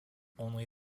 only